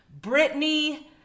Britney